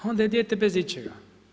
Onda je dijete bez ičega.